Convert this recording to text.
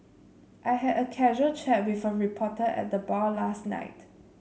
I had a casual chat with a reporter at the bar last night